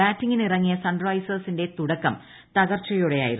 ബാറ്റിങ്ങിനിറങ്ങിയ സൺറൈസേഴ്സിന്റെ തുടക്കം തകർച്ചയോടെയായിരുന്നു